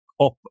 up